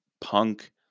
punk